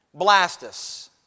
Blastus